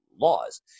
laws